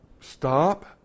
Stop